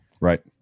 Right